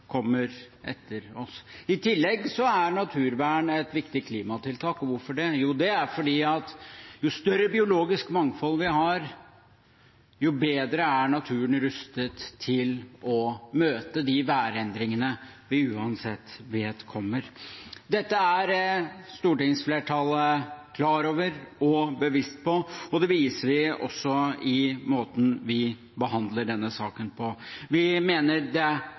kommer etter oss. I tillegg er naturvern et viktig klimatiltak. Hvorfor det? Jo, det er fordi jo større biologisk mangfold vi har, jo bedre er naturen rustet for å møte de værendringene vi uansett vet kommer. Dette er stortingsflertallet klar over og bevisst på, og det viser vi ved måten vi behandler denne saken på. Vi mener det